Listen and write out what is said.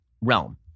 realm